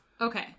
Okay